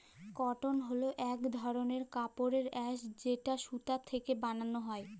কটল হছে ইক ধরলের কাপড়ের আঁশ যেট সুতা থ্যাকে বালাল হ্যয়